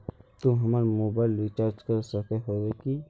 तू हमर mobile recharge कर सके होबे की?